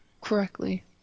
Correctly